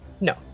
No